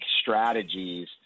strategies